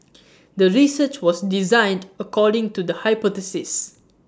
the research was designed according to the hypothesis